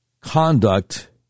conduct